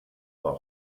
war